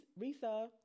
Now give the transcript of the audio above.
Risa